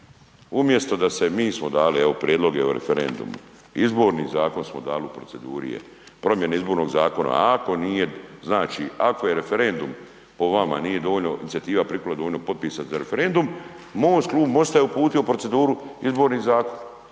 Umjesto da se mi smo dali evo prijedloge o referendumu, izborni zakon smo dali u proceduri je, promjene izbornog zakona, ako referendum po vama nije dovoljno, inicijativa prikupila dovoljno potpisa za referendum, MOST klub MOST-a je uputio u proceduru izborni zakon